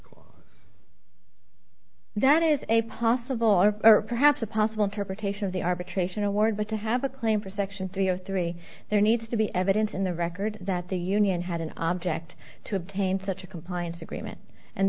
clause that is a possible or perhaps a possible interpretation of the arbitration award but to have a claim for section three o three there needs to be evidence in the record that the union had an object to obtain such a compliance agreement and